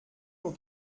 nur